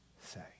say